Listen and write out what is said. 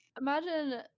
imagine